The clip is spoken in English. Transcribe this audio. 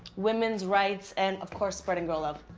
women's rights, and of course spreading girl love.